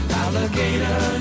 alligator